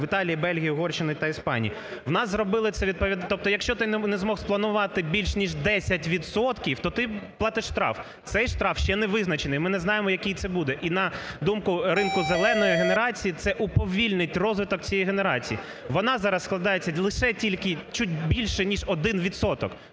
(в Італії, Бельгії, Угорщині та Іспанії). В нас зробили це… Тобто якщо ти не зміг спланувати більш ніж 10 відсотків, то ти платиш штраф. Цей штраф ще не визначений, ми не знаємо, який це буде. І, на думку, ринку "зеленої" генерації це уповільнить розвиток цієї генерації. Вона зараз складається лише тільки чуть більше ніж 1